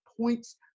points